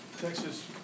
Texas